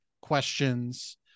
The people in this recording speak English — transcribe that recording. questions